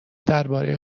درباره